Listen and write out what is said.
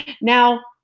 Now